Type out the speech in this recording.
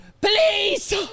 Please